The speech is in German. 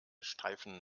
steifen